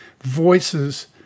voices